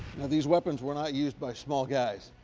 now these weapons were not used by small guys.